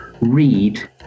read